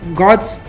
gods